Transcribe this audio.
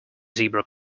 zebra